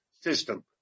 system